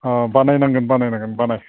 अह बानायनांगोन बानायनांगोन बानाय